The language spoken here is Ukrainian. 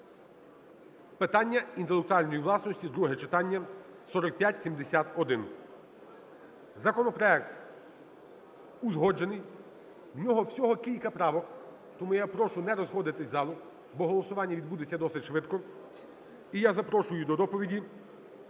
питання інтелектуальної власності (друге читання) (4571). Законопроект узгоджений, в нього всього кілька правок. Тому я прошу не розходитись із залу, бо голосування відбудеться досить швидко. І я запрошую до доповіді